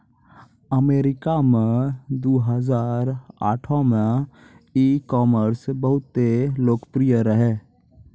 अमरीका मे दु हजार आठो मे ई कामर्स बहुते लोकप्रिय रहै